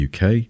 uk